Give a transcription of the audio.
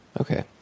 Okay